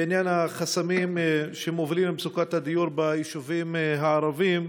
בעניין החסמים שמובילים למצוקת הדיור ביישובים הערביים,